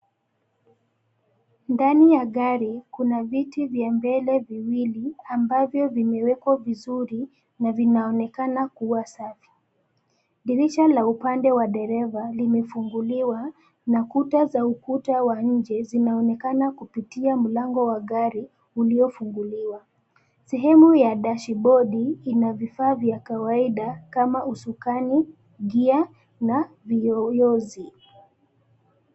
Ndani ya gari kuna viti vya mbele viwili ambavyo vimewekwa vizuri na vinaonekana kuwa safi. Dirisha la upande wa dereva limefunguliwa, na kuta za ukuta wa nje zinaonekana kupitia mlango wa gari uliofunguliwa. Sehemu ya dashibodi ina vifaa vya kawaida kama usukani, gear na viyoyozi.